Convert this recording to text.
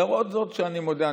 למרות שאני מודה,